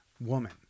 woman